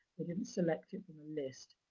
they didn't select it from a list